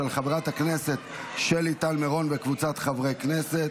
של חברת הכנסת שלי טל מירון וקבוצת חברי הכנסת.